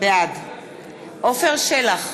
בעד עפר שלח,